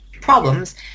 problems